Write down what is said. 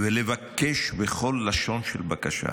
ולבקש בכל לשון של בקשה: